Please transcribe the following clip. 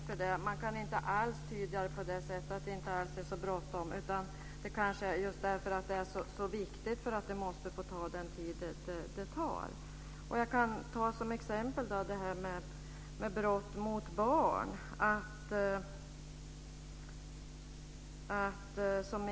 Fru talman! Man kan inte alls utgå från att det inte är bråttom, men eftersom det är så viktigt måste det kanske få ta den tid det tar. Jag kan som exempel peka på brott mot barn.